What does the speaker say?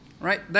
Right